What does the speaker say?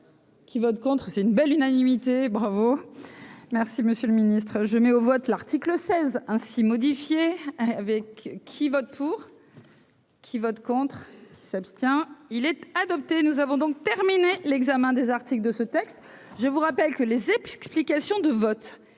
Qui vote contre, c'est une belle unanimité, bravo, merci, Monsieur le Ministre, je mets au vote, l'article 16 ainsi modifiée avec qui vote pour qui votent contre, qui s'abstient, il était adopté, nous avons donc terminé l'examen des articles de ce texte, je vous rappelle que les et puis, explications de vote